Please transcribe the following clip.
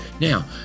Now